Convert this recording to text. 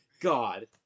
God